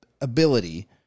ability